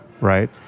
right